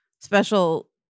special